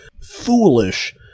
foolish